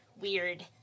weird